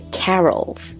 carols